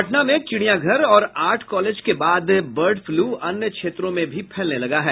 पटना में चिड़ियाघर और आर्ट कॉलेज के बाद बर्ड फ्लू अन्य क्षेत्रों में भी फैलने लगा है